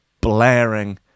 blaring